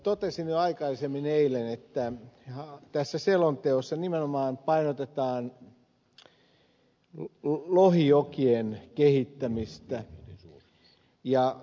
totesin jo aikaisemmin eilen että tässä selonteossa nimenomaan painotetaan lohijokien kehittämistä ja vaelluskalan nousua